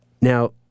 Now